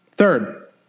Third